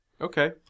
Okay